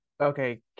Okay